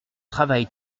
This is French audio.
travail